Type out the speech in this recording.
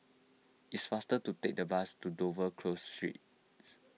it is faster to take the bus to Dover Close Street